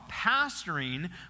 pastoring